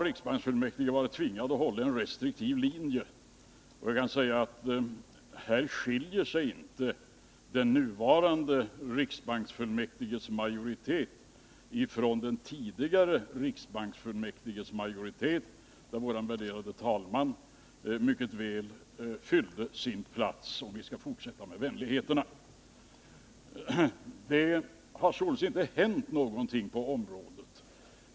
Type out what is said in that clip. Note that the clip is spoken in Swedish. Riksbanksfullmäktige har varit tvingade att hålla en restriktiv linje — och här skiljer sig inte den nuvarande majoriteten i riksbanksfullmäktige från den tidigare majoriteten, där vår värderade talman mycket väl fyllde sin plats — om vi nu skall fortsätta med vänligheterna. Det har således inte hänt någonting på området.